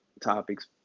topics